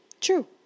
True